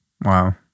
wow